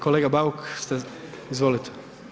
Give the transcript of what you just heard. Kolega Bauk izvolite.